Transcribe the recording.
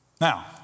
Now